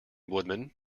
woodman